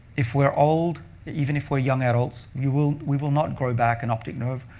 if we're old, even if we're young adults, we will we will not grow back an optic nerve.